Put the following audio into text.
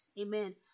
amen